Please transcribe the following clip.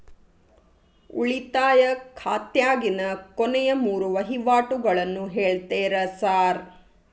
ಉಳಿತಾಯ ಖಾತ್ಯಾಗಿನ ಕೊನೆಯ ಮೂರು ವಹಿವಾಟುಗಳನ್ನ ಹೇಳ್ತೇರ ಸಾರ್?